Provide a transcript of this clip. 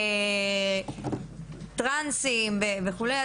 טרנסים וכולי,